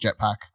jetpack